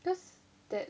because that